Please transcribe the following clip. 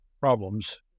problems